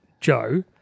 Joe